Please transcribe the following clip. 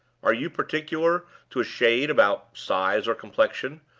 are you particular to a shade about size or complexion?